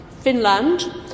Finland